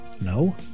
No